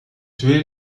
tué